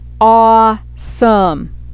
awesome